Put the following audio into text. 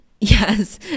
yes